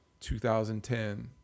2010